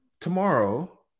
tomorrow